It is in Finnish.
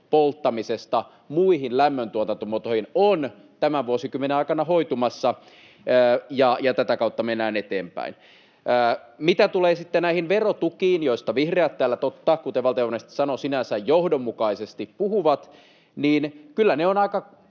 polttamisesta muihin lämmöntuotantomuotoihin, on tämän vuosikymmenen aikana hoitumassa ja tätä kautta mennään eteenpäin. Mitä tulee sitten näihin verotukiin, joista vihreät täällä — totta, kuten valtionvarainministeri näistä sanoi — sinänsä johdonmukaisesti puhuvat, niin kyllä ovat aika